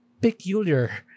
peculiar